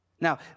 Now